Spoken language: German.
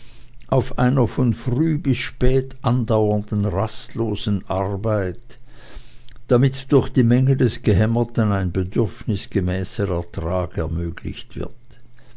auf einer von früh bis spät andauernden rastlosen arbeit damit durch die menge des gehämmerten ein bedürfnisgemäßer ertrag ermöglicht wird